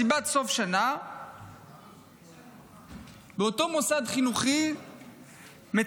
מסיבת סוף שנה באותו מוסד חינוכי מיצג